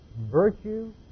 virtue